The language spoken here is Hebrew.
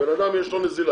בן אדם יש לו נזילה,